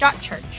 church